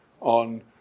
on